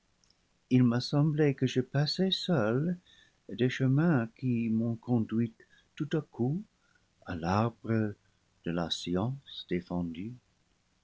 il m'a semblé que je passais seule des chemins qui m'ont conduite tout à coup à l'arbre de la science défendue